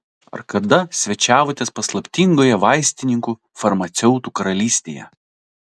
ar kada svečiavotės paslaptingoje vaistininkų farmaceutų karalystėje